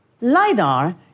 LiDAR